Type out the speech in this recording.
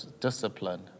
discipline